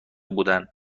بودن